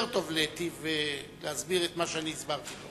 טוב להיטיב להסביר את מה שאני הסברתי.